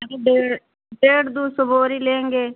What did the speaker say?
क्योंकि डेढ़ डेढ़ दो सौ बोरी लेंगे